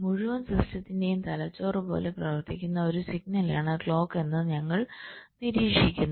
മുഴുവൻ സിസ്റ്റത്തിന്റെയും തലച്ചോറ് പോലെ പ്രവർത്തിക്കുന്ന ഒരു സിഗ്നലാണ് ക്ലോക്ക് എന്ന് ഞങ്ങൾ നിരീക്ഷിക്കുന്നു